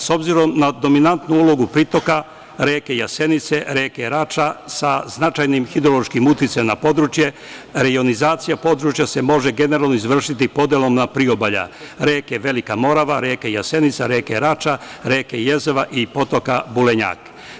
S obzirom na dominantnu ulogu pritoka, reke Jasenice, reke Rača, sa značajnim hidrološkim uticajem na područje, rejonizacija područja se može generalno izvršiti podelom na priobalja reke Velika Morava, reke Jasenica, reke Rača, reke Jezava i potoka Bulinjak.